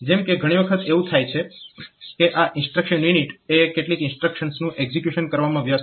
જેમ કે ઘણી વખત એવું થાય છે કે આ એક્ઝીક્યુશન યુનિટ એ કેટલીક ઇન્સ્ટ્રક્શન્સનું એક્ઝીક્યુશન કરવામાં વ્યસ્ત હોય છે